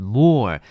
more